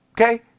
okay